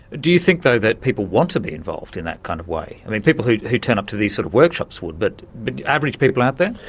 do you think though, that people want to be involved in that kind of way. i mean people who who turn up to these sort of workshops will, but the average people out there?